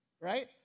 right